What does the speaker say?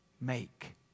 Make